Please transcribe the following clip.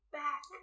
back